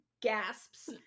gasps